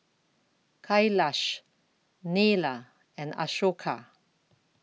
Kailash Neila and Ashoka